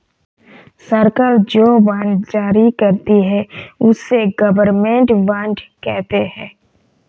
सरकार जो बॉन्ड जारी करती है, उसे गवर्नमेंट बॉन्ड कहते हैं